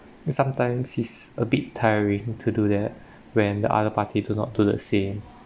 sometimes it's a bit tiring to do that when the other party do not do the same